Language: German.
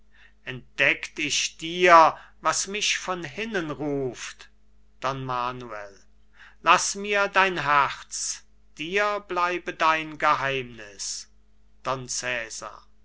entdeckt ich dir was mich von hinnen ruft don manuel laß mir dein herz dir bleibe dein geheimniß